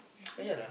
is it